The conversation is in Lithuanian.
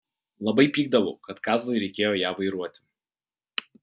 labai pykdavau kad kazlui reikėjo ją vairuoti